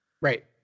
Right